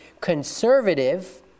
conservative